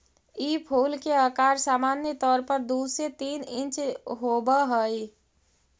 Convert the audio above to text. ई फूल के अकार सामान्य तौर पर दु से तीन इंच होब हई